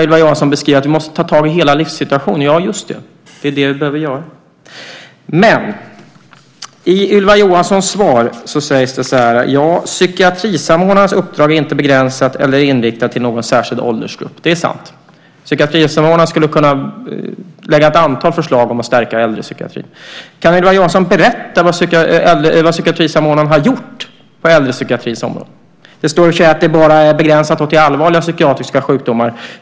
Ylva Johansson beskriver att vi måste ta tag i hela livssituationen. Ja, just det. Det är det vi behöver göra. I Ylva Johanssons svar sägs det att psykiatrisamordnarens uppdrag inte är begränsat eller inriktat till någon särskild åldersgrupp. Det är sant. Psykiatrisamordnaren skulle kunna lägga fram ett antal förslag om att stärka äldrepsykiatrin. Kan Ylva Johansson berätta vad psykiatrisamordnaren har gjort på äldrepsykiatrins område? Det står att det bara är begränsat till allvarliga psykiatriska sjukdomar.